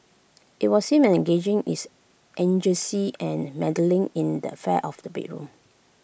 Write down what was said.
IT was seen as engaging is eugenics and meddling in the affairs of the bedroom